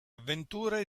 avventura